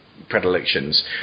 predilections